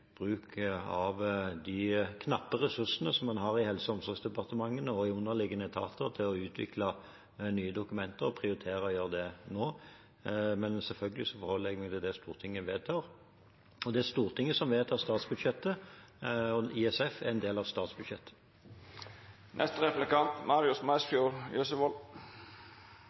bruk av de knappe ressursene som en har i Helse- og omsorgsdepartementet og i underliggende etater, å utvikle nye dokumenter og å prioritere å gjøre det nå. Men selvfølgelig forholder jeg meg til det Stortinget vedtar. Det er Stortinget som vedtar statsbudsjettet, og ISF er en del av statsbudsjettet.